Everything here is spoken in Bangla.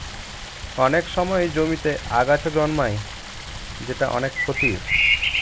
অনেক সময় জমিতে আগাছা জন্মায় যেটা অনেক ক্ষতির